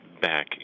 back